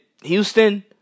Houston